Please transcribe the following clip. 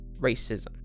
racism